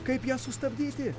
kaip ją sustabdyti